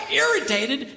irritated